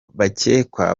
bakekwa